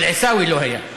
אבל עיסאווי לא היה.